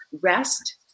rest